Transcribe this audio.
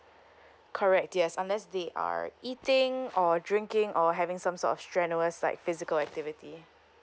correct yes unless they are eating or drinking or having some sort of strenuous like physical activity